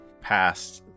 past